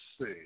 see